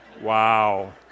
Wow